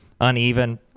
Uneven